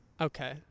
Okay